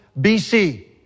BC